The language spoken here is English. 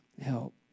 help